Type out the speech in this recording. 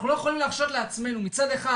אנחנו לא יכולים להרשות לעצמנו מצד אחד